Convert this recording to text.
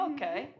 Okay